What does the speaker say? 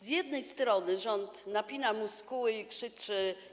Z jednej strony rząd napina muskuły i krzyczy: